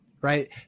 right